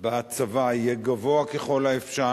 בצבא יהיה גבוה ככל האפשר,